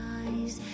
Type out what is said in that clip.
eyes